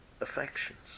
affections